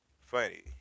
funny